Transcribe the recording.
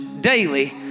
daily